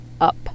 up